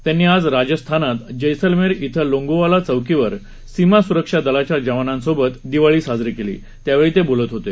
त्यांनी आज राजस्थानात जैसलमेर इथं लोंगोवाला चौकीवर सीमा स्रक्षा दलाच्या जवानांसोबत दिवाळी साजरी केली त्यावेळी ते बोलत होते